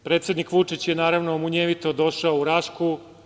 Predsednik Vučić je, naravno, munjevito došao u Rašku.